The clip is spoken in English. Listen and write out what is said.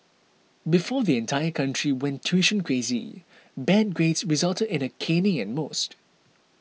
before the entire country went tuition crazy bad grades resulted in a caning at most